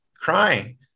crying